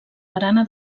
barana